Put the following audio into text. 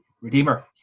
redeemer